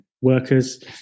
workers